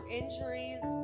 injuries